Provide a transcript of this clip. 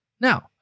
Now